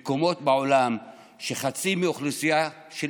מקומות בעולם שבהם חצי מאוכלוסייה של